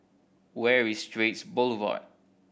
where is Straits Boulevard